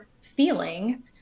feeling